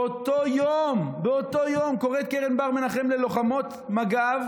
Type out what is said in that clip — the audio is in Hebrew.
באותו יום קוראת קרן בר-מנחם ללוחמות מג"ב